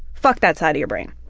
fuck that side of your brain.